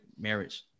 marriage